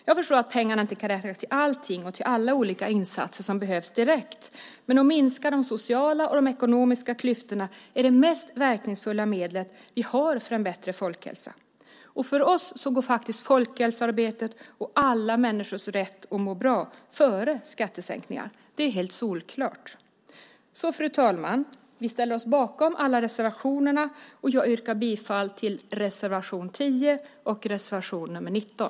Jag förstår att pengarna inte kan räcka till allting och till alla olika insatser som behövs direkt, men att minska de sociala och de ekonomiska klyftorna är det mest verkningsfulla medlet vi har för en bättre folkhälsa. Och för oss går faktiskt folkhälsoarbetet och alla människors rätt att må bra före skattesänkningar. Det är helt solklart. Fru talman! Vi ställer oss bakom alla reservationerna, och jag yrkar bifall till reservation 10 och reservation 19.